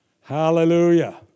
Hallelujah